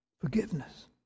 Forgiveness